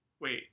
Wait